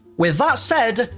with that said,